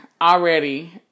already